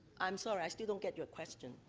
i'm sorry. i still don't get your question.